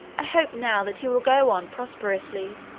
i hope now that he will go on prosperously,